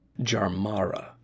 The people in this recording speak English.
Jarmara